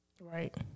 Right